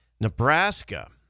Nebraska